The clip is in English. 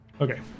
Okay